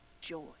Joy